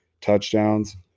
touchdowns